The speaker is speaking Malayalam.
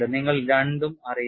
നിങ്ങൾ രണ്ടും അറിയണം